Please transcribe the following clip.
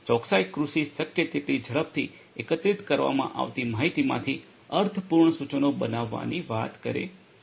તેથી ચોકસાઇ કૃષિ શક્ય તેટલી ઝડપથી એકત્રિત કરવામાં આવતી માહિતીમાંથી અર્થપૂર્ણ સૂચનો બનાવવાની વાત કરે છે